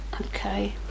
okay